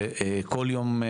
זה כל יום?